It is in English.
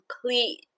complete